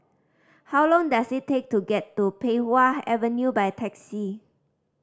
how long does it take to get to Pei Wah Avenue by taxi